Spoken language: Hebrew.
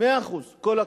מאה אחוז, כל הכבוד.